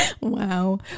wow